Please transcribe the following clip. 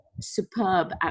superb